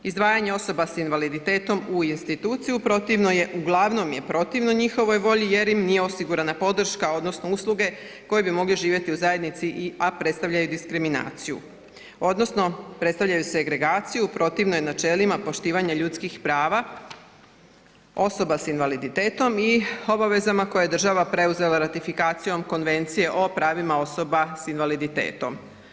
Izdvajanje osoba s invaliditetom u instituciju protivno je, uglavnom je protivno njihovoj volji jer im nije osigurana podrška, odnosno usluge koje bi mogle živjeti u zajednici, a predstavljaju diskriminaciju, odnosno predstavljaju segregaciju, protivno je načelima poštivanja ljudskih prava osoba s invaliditetom i obavezama koje je država preuzela ratifikacijom Konvencije o pravima osoba s invaliditetom.